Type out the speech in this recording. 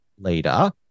leader